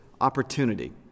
opportunity